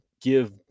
give